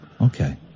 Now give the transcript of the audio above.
Okay